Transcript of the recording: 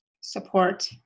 support